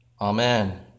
Amen